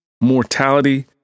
mortality